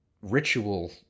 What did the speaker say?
ritual